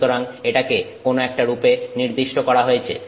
সুতরাং এটাকে কোন একটা রূপে নির্দিষ্ট করা হয়েছে